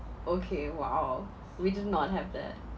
okay !wow! we do not have that